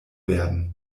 werden